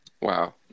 Wow